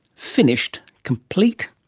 finished. complete.